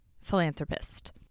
philanthropist